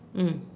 mm